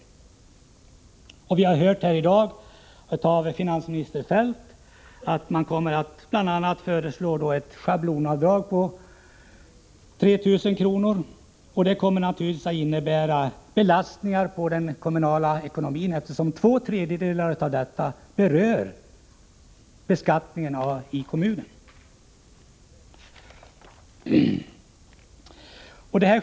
Av finansminister Feldt har vi i dag hört att regeringen bl.a. kommer att föreslå ett schablonavdrag på 3 000 kr. Det kommer naturligtvis att innebära belastningar på den kommunala ekonomin, eftersom två tredjedelar av detta belopp berör den kommunala beskattningen.